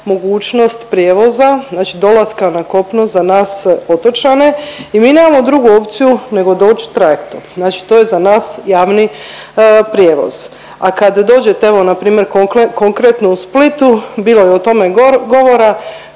mogućnost prijevoza, znači dolaska na kopno za nas otočane i mi nemamo drugu opciju nego doći trajektom. Znači to je za nas javni prijevoz. A kad dođete evo npr. konkretno u Splitu, bilo je o tome govora,